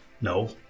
No